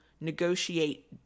negotiate